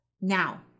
Now